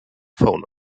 fauna